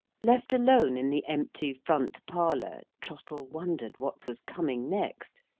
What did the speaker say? left alone in the empty front-parlour, trottle wondered what was coming next,